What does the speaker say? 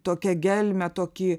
tokią gelmę tokį